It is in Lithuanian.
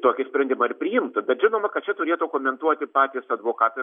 tokį sprendimą ir priimtų bet žinoma kad čia turėtų komentuoti patys advokatai